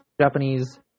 Japanese